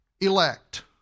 elect